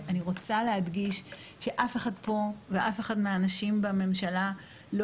אני רוצה להדגיש שאף אחד פה ואף אחד מהאנשים בממשלה לא